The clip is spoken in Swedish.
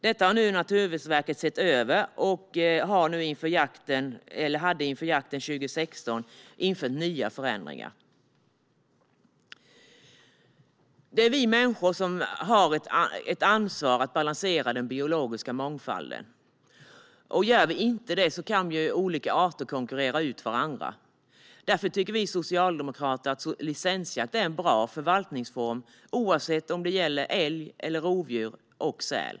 Detta har Naturvårdsverket nu sett över och hade inför jakten 2016 infört förändringar. Det är vi människor som har ett ansvar att balansera den biologiska mångfalden. Om vi inte gör det kan olika arter konkurrera ut varandra. Därför tycker vi socialdemokrater att licensjakt är en bra förvaltningsform, oavsett om det gäller älg, rovdjur eller säl.